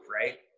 right